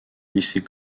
lycée